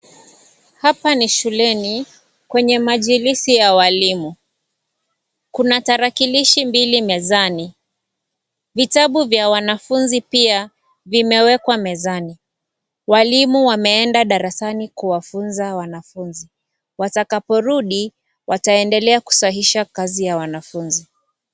Hapa ni shuleni kwenye majilisi ya walimu. Kuna tarakilishi mbili mezani. Vitabu vya wanafunzi pia vimewekwa mezani. Walimu wameenda darasani kuwatunza wanafunzi. Watakaporudi wanaendelea kusahihisha kazi ya wanafunzi.